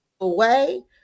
away